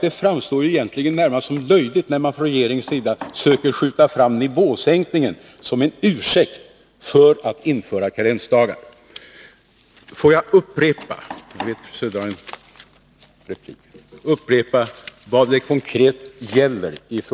Det framstår egentligen närmast som löjligt när man från regeringens sida försöker skjuta fram nivåsänkningen som en ursäkt för att införa karensdagar.